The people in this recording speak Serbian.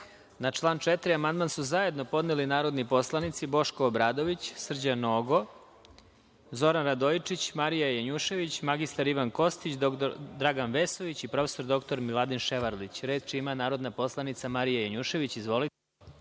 Radeta i Dubravko Bojić i zajedno narodni poslanici Boško Obradović, Srđan Nogo, Zoran Radojičić, Marija Janjušević, mr Ivan Kostić, dr Dragan Vesović i prof. dr Miladin Ševarlić. Reč ima narodna poslanica Marija Janjušević. Izvolite.